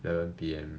eleven p_m